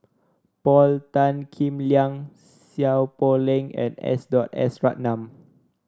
Paul Tan Kim Liang Seow Poh Leng and S S Ratnam